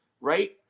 right